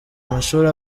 amashuri